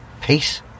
peace